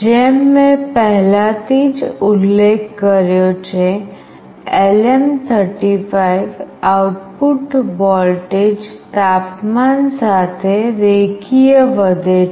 જેમ મેં પહેલાથી જ ઉલ્લેખ કર્યો છે LM35 આઉટપુટ વોલ્ટેજ તાપમાન સાથે રેખીય વધે છે